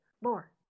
more